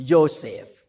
Joseph